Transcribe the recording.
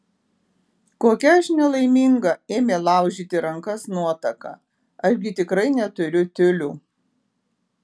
kokia aš nelaiminga ėmė laužyti rankas nuotaka aš gi tikrai neturiu tiulių